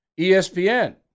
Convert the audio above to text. ESPN